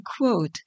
quote